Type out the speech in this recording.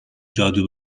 جادو